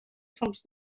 focs